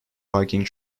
biking